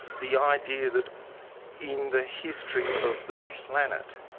the idea that in the history of the planet,